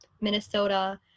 Minnesota